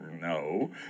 no